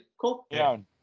Cool